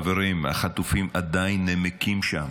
חברים, החטופים עדיין נמקים שם,